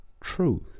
truth